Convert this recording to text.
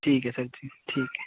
ठीक ऐ सर जी ठीक ऐ